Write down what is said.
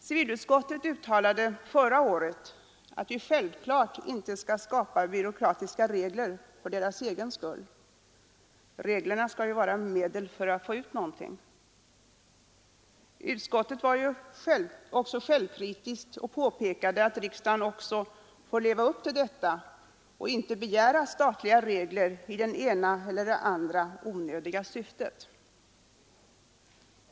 Civilutskottet uttalade förra året att vi självfallet inte skall skapa byråkratiska regler för reglernas egen skull. Reglerna skall ju vara medel för att åstadkomma någonting. Utskottet var också självkritiskt och påpekade att riksdagen bör leva upp till detta och inte begära statliga regler i det ena eller andra onödiga syftet.